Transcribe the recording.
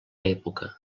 època